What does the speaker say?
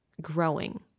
growing